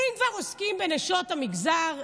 ואם כבר עוסקים בנשות המגזר,